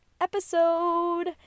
episode